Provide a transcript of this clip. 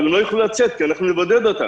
אבל הם לא יוכלו לצאת כי אנחנו נבודד אותם.